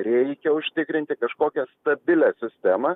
reikia užtikrinti kažkokią stabilią sistemą